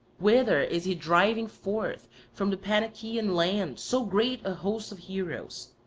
whither is he driving forth from the panachaean land so great a host of heroes?